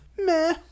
meh